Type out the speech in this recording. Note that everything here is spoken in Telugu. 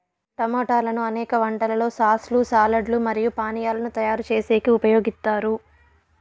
టమోటాలను అనేక వంటలలో సాస్ లు, సాలడ్ లు మరియు పానీయాలను తయారు చేసేకి ఉపయోగిత్తారు